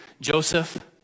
Joseph